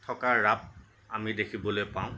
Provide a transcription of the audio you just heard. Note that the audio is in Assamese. থকা ৰাপ আমি দেখিবলৈ পাওঁ